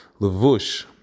levush